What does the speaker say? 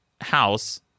house